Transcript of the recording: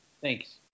Thanks